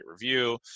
review